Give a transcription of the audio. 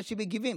אנשים מגיבים,